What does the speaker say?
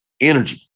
energy